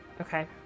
Okay